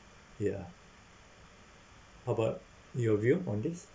ya how about your view on this